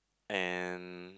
and